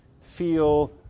feel